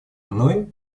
мной